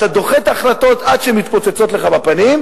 אתה דוחה את ההחלטות עד שהן מתפוצצות לך בפנים.